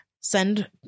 send